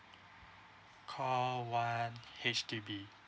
call one H_D_B